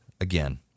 Again